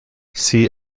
see